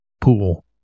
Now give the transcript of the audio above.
pool